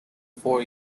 four